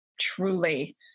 Truly